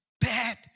bad